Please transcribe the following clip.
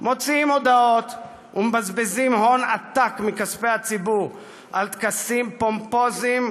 מוציאים הודעות ומבזבזים הון עתק מכספי הציבור על טקסים פומפוזיים,